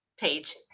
page